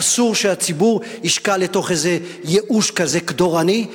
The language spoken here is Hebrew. ואסור שהציבור ישקע לתוך איזה ייאוש כזה קדורני,